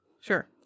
Sure